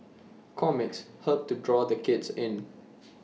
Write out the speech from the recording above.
comics help to draw the kids in